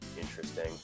Interesting